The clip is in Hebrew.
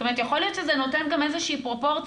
זאת אומרת יכול להיות שזה נותן גם איזה שהיא פרופורציה